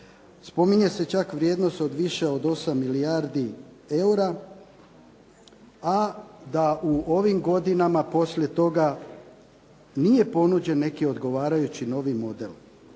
Spominje se čak vrijednost više od 8 milijardi eura, a da u ovim godinama poslije toga nije ponuđen neki odgovarajući novi model.